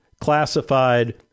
classified